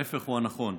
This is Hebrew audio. ההפך הוא הנכון: